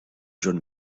john